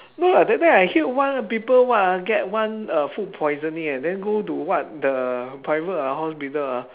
no ah that time I heard one people what ah get one uh food poisoning and then go to what the private uh hospital ah